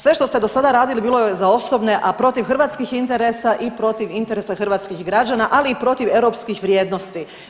Sve što ste dosada radili bilo je za osobne, a protiv hrvatskih interesa i protiv interesa hrvatskih građana, ali i protiv europskih vrijednosti.